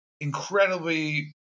incredibly